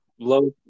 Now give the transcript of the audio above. Low